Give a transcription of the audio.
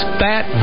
fat